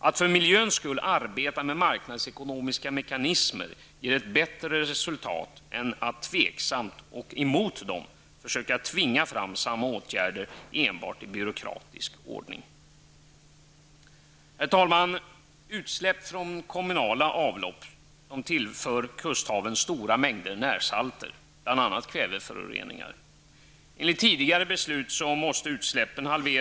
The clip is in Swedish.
Att för miljöns skull arbeta med marknadsekonomiska mekanismer ger ett bättre resultat än att tveksamt och emot dem försöka tvinga fram samma åtgärder i byråkratisk ordning. Herr talman! Utsläpp från kommunala avlopp tillför kusthaven stora mängder närsalter, bl.a. kväveföreningar. Enligt tidigare beslut måste utsläppen halveras.